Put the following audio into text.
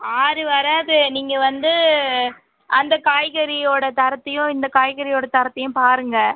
ஆறு வராது நீங்கள் வந்து அந்த காய்கறியோட தரத்தையும் இந்த காய்கறியோட தரத்தையும் பாருங்கள்